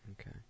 Okay